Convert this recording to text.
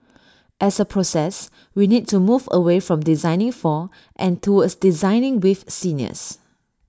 as A process we need to move away from designing for and towards designing with seniors